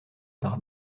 par